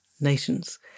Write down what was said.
nations